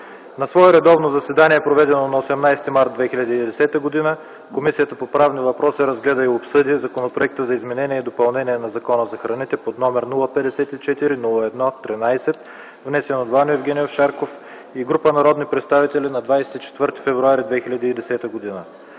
На свое редовно заседание, проведено на 18 март 2010 г., Комисията по правни въпроси разгледа и обсъди Законопроект за изменение и допълнение на Закона за храните, № 054–01–13, внесен от Ваньо Евгениев Шарков и група народни представители на 24 февруари 2010 г.